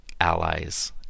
allies